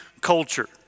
culture